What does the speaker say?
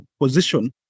position